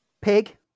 Pig